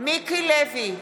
מיקי לוי,